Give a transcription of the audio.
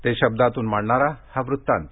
ते शब्दातून मांडणारा हा वृत्तांत